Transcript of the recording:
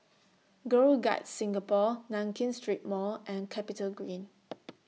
Girl Guides Singapore Nankin Street Mall and Capitagreen